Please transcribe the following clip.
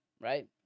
right